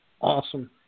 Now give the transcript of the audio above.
Awesome